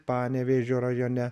panevėžio rajone